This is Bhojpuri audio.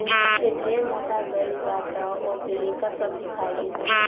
जे ढेर मोटा गइल बा तअ ओके एकर सब्जी खाए के चाही